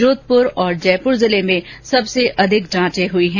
जोधपुर और जयपुर जिले में सबसे अधिक जांचे हुई हैं